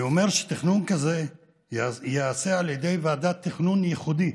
אני אומר שתכנון כזה ייעשה על ידי ועדת תכנון ייחודית